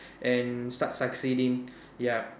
and start succeeding ya